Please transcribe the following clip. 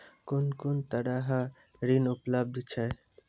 कून कून तरहक ऋण उपलब्ध छै?